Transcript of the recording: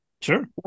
sure